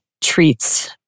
treats